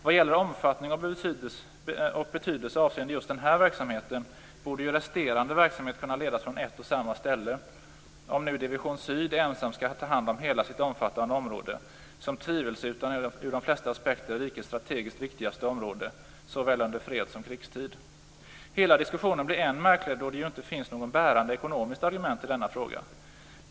Vad gäller omfattning och betydelse avseende just den här verksamheten borde resterande verksamhet kunna ledas från ett och samma ställe, om nu Division Syd ensam skall ta hand som hela sitt omfattande område, som tvivelsutan ur de flesta aspekter är rikets strategiskt viktigaste område, såväl under freds som under krigstid. Hela diskussionen blir än märkligare då det ju inte finns några bärande ekonomiska argument i denna fråga.